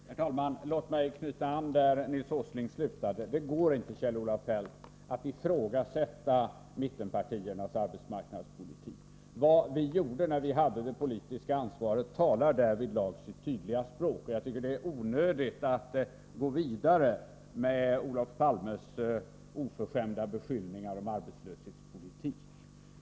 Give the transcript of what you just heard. Herr talman! Låt mig knyta an där Nils Åsling slutade. Det går inte, Torsdagen den Kjell-Olof Feldt, att ifrågasätta mittenpartiernas arbetsmarknadspolitik. — 26 april 1984 Vad vi gjorde när vi hade det politiska ansvaret talar därvidlag sitt tydliga språk. Jag tycker det är onödigt att gå vidare med Olof Palmes oförskämda SR Vid remiss av beskyllningar beträffande vår arbetslöshetspolitik.